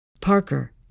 Parker